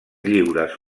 lliures